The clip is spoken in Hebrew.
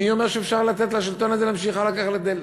מי אומר שאפשר לתת לשלטון הזה להמשיך הלאה כך להתנהל?